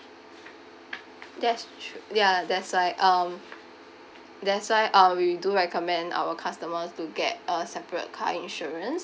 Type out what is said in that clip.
that's tru~ ya that's why um that's why uh we do recommend our customers to get a separate car insurance